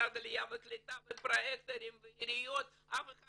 ומשרד העלייה והקליטה ופרויקטורים והעיריות אף אחד